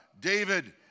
David